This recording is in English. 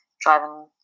driving